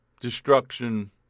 destruction